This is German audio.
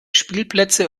spielplätze